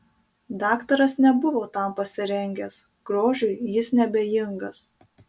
daktaras nebuvo tam pasirengęs grožiui jis neabejingas